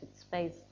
space